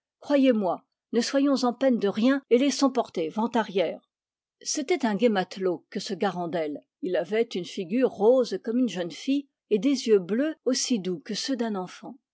croyez-moi ne soyons en peine de rien et laissons porter vent arrière c'était un gai matelot que ce garandel il avait une figure rose comme une jeune fille et des yeux bleus aussi doux que ceux d'un enfant